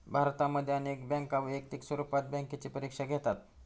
भारतामध्ये अनेक बँका वैयक्तिक स्वरूपात बँकेची परीक्षा घेतात